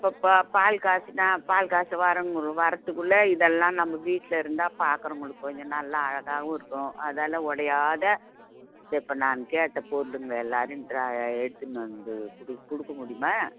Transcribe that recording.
இப்போ பால் காய்ச்சினா பால் காய்ச்ச வாரவங்க வர்றதுக்குள்ளே இதெல்லாம் நம்ம வீட்ல இருந்தால் பார்க்கறவங்களுக்கு கொஞ்சம் நல்லா அழகாகவும் இருக்கும் அதால உடையாத இதை இப்போ நான் கேட்ட பொருளுங்க எடுத்துன்னு வந்து கொடுக்க முடியுமா